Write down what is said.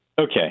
Okay